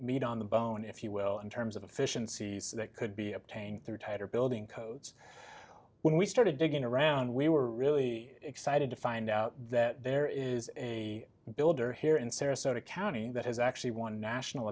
meat on the bone if you will in terms of efficiencies that could be obtained through tighter building codes when we started digging around we were really excited to find out that there is a builder here in sarasota county that has actually won national